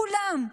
כולם.